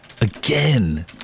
Again